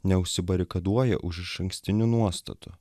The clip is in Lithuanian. neužsibarikaduoja už išankstinių nuostatų